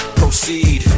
proceed